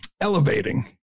elevating